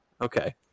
Okay